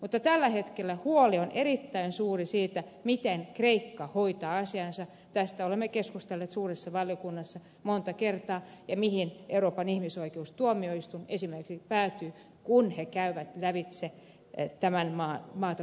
mutta tällä hetkellä huoli on erittäin suuri siitä miten kreikka hoitaa asiansa tästä olemme keskustelleet suuressa valiokunnassa monta kertaa ja mihin euroopan ihmisoikeustuomioistuin esimerkiksi päätyy kun he käyvät lävitse tätä maata koskevia valituksia